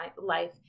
life